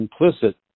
implicit